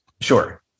Sure